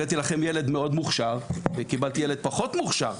הבאתי לכם ילד מאוד מוכשר וקיבלתי ילד פחות מוכשר,